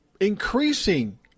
increasing